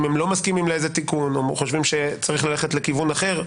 אם הם לא מסכימים לאיזה תיקון או חושבים שצריך ללכת לכיוון אחר,